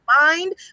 mind